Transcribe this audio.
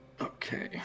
Okay